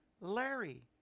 Larry